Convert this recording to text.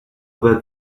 that